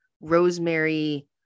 rosemary